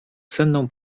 senną